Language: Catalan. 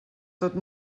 tot